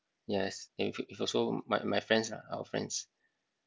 yes and with with also my my friends lah our friends